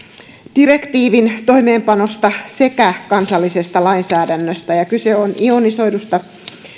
direktiivin toimeenpanosta sekä kansallisesta lainsäädännöstä kyse on ionisoidusta